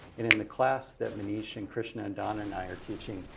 in the class that maneesh and krishna and don and i are teaching,